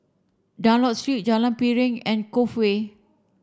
Dunlop Street Jalan Piring and Cove Way